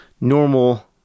normal